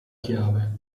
chiave